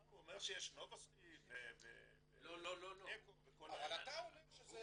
הוא אומר שיש נובוסטי ואקו וכל אלה --- אבל אתה אומר שזה